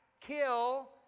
kill